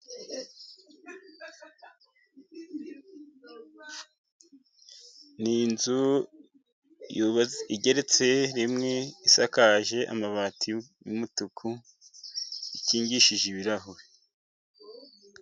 Ni inzu igeretse rimwe, isakaje amabati y'umutuku, ikingishije ibirahure.